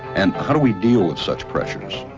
and how do we deal with such pressures?